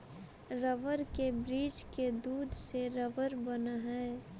rubber के वृक्ष के दूध से रबर बनऽ हई